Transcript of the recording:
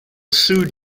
sued